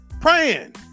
praying